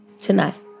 tonight